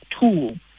tool